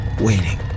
waiting